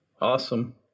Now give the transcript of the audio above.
Awesome